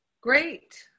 Great